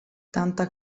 tanta